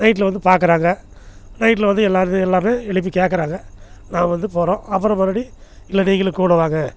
நைட்டில் வந்து பார்க்கறாங்க நைட்டில் வந்து எல்லோரும் எல்லாமே எழுப்பி கேட்கறாங்க நான் வந்து போகிறோம் அப்பறம் மறுபடி இல்லை நீங்களும் கூட வாங்க